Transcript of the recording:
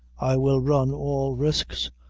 i will run all risks,